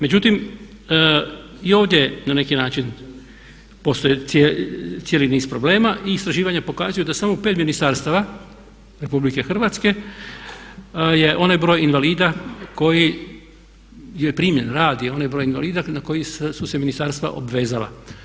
Međutim i ovdje na neki način postoji cijeli niz problema i istraživanja pokazuju da samo u 5 ministarstava Republike Hrvatske je onaj broj invalida koji je primljen, radi onaj broj invalida na koji su se ministarstva obvezala.